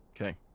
Okay